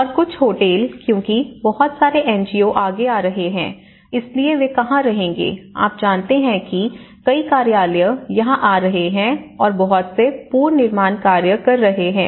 और कुछ होटल क्योंकि बहुत सारे एनजीओ आगे आ रहे हैं इसलिए वे कहाँ रहेंगे आप जानते हैं कि कई कार्यालय यहाँ आ रहे हैं और बहुत से पुनर्निर्माण कार्य कर रहे हैं